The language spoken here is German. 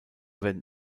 werden